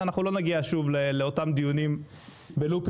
שלא נגיע שוב לאותם דיונים שוב.